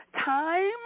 time